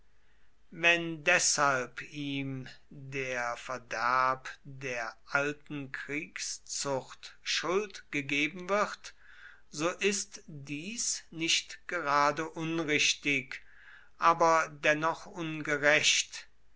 wenn deshalb ihm der verderb der alten kriegszucht schuld gegeben wird so ist dies nicht gerade unrichtig aber dennoch ungerecht